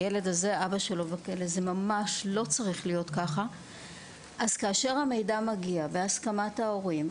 אז כאשר המידע מגיע בהסכמת ההורים,